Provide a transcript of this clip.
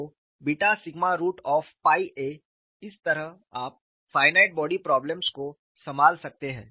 तो beta sigma root of pi a इस तरह आप फायनाइट बॉडी प्रोब्लेम्स को संभाल सकते हैं